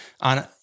on